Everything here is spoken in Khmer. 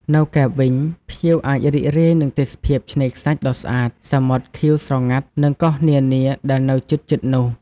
នៅកែបវិញ ភ្ញៀវអាចរីករាយនឹងទេសភាពឆ្នេរខ្សាច់ដ៏ស្អាត សមុទ្រខៀវស្រងាត់ និងកោះនានាដែលនៅជិតៗនោះ។